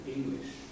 English